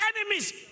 enemies